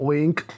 Wink